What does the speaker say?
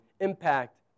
impact